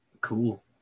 Cool